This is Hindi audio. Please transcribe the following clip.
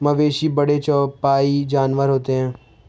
मवेशी बड़े चौपाई जानवर होते हैं